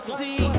see